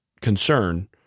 concern